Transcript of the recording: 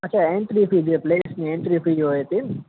અચ્છા entry fee જે પ્લેસની એન્ટ્રી ફી જે હોય તે ને